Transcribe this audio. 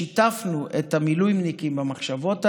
שיתפנו את המילואימניקים במחשבות האלה.